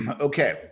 Okay